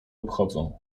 obchodzą